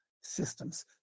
Systems